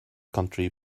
country